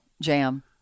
Jam